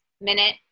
minute